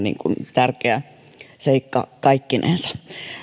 tärkeä seikka kaikkinensa